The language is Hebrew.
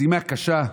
משימה קשה,